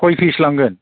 कय पिस लांगोन